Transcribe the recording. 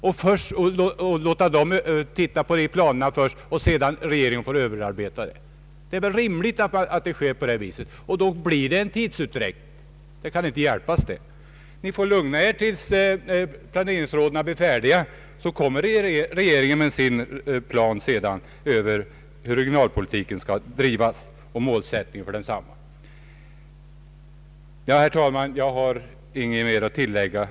Låt först planeringsråden utarbeta sina planer och låt sedan regeringen granska dem. Det är väl rimligt med ett sådant förfarande, men det medför givetvis en tidsutdräkt. Det kan inte hjälpas. Ni får lugna er tills planeringsråden är färdiga med sitt arbete, så kommer sedan regeringen med sin plan över hur regionalpolitiken skall drivas och målsättningen för densamma. Jag har, herr talman, inte något mer att tillägga.